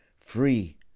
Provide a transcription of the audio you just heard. free